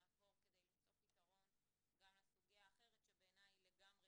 נעבור כדי למצוא פתרון גם לסוגיה אחרת שבעיניי היא לגמרי